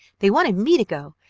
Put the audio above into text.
they wanted me to go,